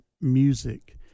music